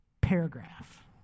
paragraph